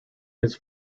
his